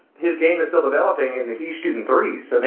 his game is still developing and he's shooting threes.